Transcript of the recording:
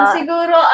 Siguro